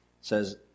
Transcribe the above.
says